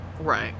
Right